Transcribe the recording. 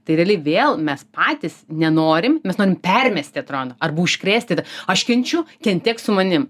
tai realiai vėl mes patys nenorim mes norim permesti atrodo arba užkrėsti aš kenčiu kentėk su manim